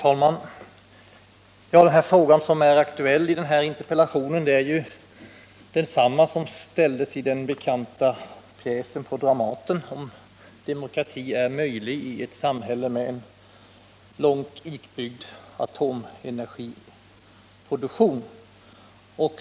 Herr talman! Den fråga som är aktuell i interpellationen är densamma som den som ställdes i den bekanta pjäsen på Dramaten, nämligen om demokrati är möjlig i ett samhälle med en långt utbyggd atomenergiproduktion.